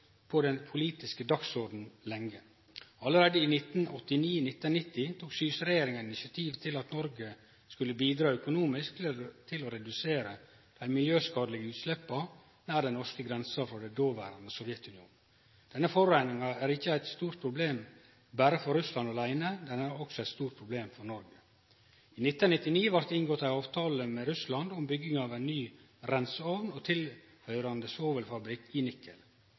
på den politiske dagsordenen lenge. Allereie i 1989–1990 tok Syse-regjeringa initiativ til at Noreg skulle bidra økonomisk til å redusere dei miljøskadelege utsleppa nær den norske grensa frå det dåverande Sovjetunionen. Denne forureininga er ikkje eit stort problem for Russland aleine, den er også eit stort problem for Noreg. I 1999 blei det inngått ei avtale med Russland om bygging av ein ny reinseovn og tilhøyrande svovelfabrikk i